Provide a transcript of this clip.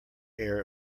air